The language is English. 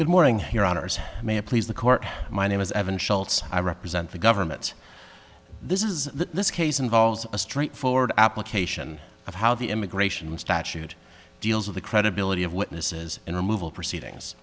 good morning here on ars may i please the court my name is evan schultz i represent the government this is this case involves a straightforward application of how the immigration statute deals with the credibility of witnesses and removal proceedings